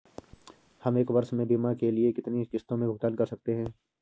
हम एक वर्ष में बीमा के लिए कितनी किश्तों में भुगतान कर सकते हैं?